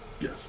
Yes